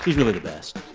really the best.